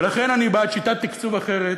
ולכן אני בעד שיטת תקצוב אחרת,